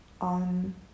on